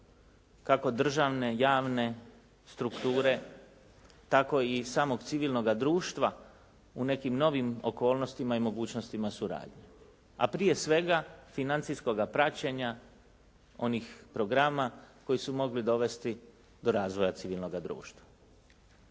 kako državne, javne strukture tako i samog civilnog društva u nekim novim okolnostima i mogućnostima suradnje a prije svega financijskoga praćenja onih programa koji su mogli dovesti do razvoja civilnoga društva.